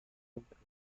concreto